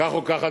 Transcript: כך או כך.